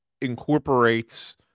incorporates